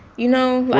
you know,